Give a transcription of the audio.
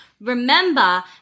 Remember